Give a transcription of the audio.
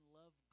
love